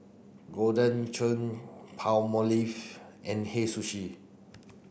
Golden Churn Palmolive and Hei Sushi